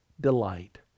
delight